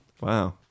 Wow